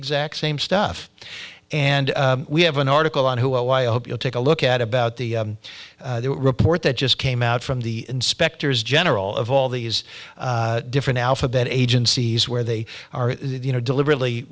exact same stuff and we have an article on who i hope you'll take a look at about the report that just came out from the inspectors general of all these different alphabet agencies where they are you know deliberately